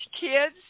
kids